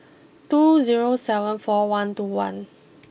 two zero seven four one two one